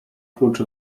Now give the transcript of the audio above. klucz